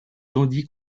tandis